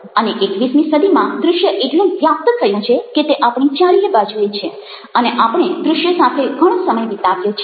અને એકવીસમી સદીમાં દ્રુશ્ય એટલું વ્યાપ્ત થયું છે કે તે આપણી ચારેય બાજુએ છે અને આપણે દ્રશ્યો સાથે ઘણો સમય વિતાવીએ છીએ